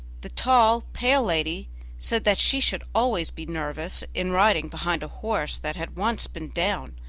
the tall, pale lady said that she should always be nervous in riding behind a horse that had once been down,